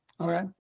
Okay